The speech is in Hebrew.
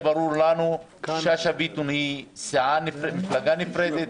שאשא ביטון היא מפלגה נפרדת,